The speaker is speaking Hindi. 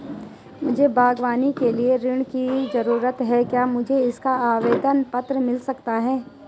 मुझे बागवानी के लिए ऋण की ज़रूरत है क्या मुझे इसका आवेदन पत्र मिल सकता है?